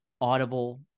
audible